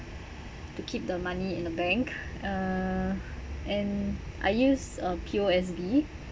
to keep the money in the bank uh and I use uh P_O_S_B